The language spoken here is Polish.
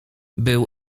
był